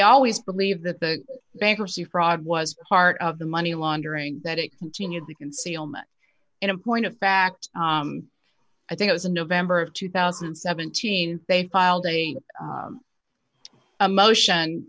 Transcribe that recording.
always believed that the bankruptcy fraud was part of the money laundering that it continued the concealment in a point of fact i think it was in november of two thousand and seventeen they filed a motion